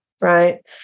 right